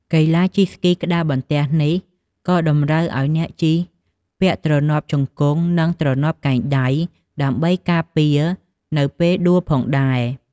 កីឡាជិះស្គីក្ដារបន្ទះនេះ ក៏តម្រូវឱ្យអ្នកជិះពាក់ទ្រនាប់ជង្គង់ និង ទ្រនាប់កែងដៃ ដើម្បីការពារនៅពេលដួលផងដែរ។